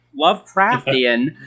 Lovecraftian